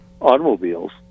automobiles